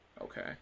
Okay